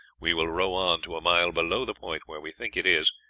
we will row on to a mile below the point where we think it is,